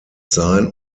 sein